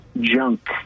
junk